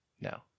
no